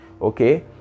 okay